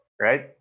Right